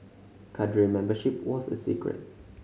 cadre membership was a secret